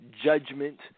judgment